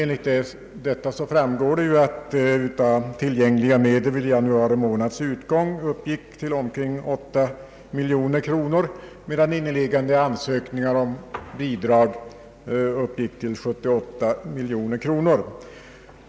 Av detta framgår att tillgängliga medel vid januari månads utgång uppgick till omkring 8 miljoner kronor, medan inneliggande ansökningar om bidrag uppgick till cirka 78 miljoner kronor.